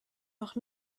noch